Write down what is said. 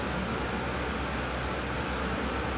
also like lately I've been trying to draw a lot